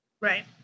right